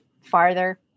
farther